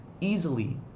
easily